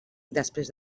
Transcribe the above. després